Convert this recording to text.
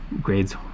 grades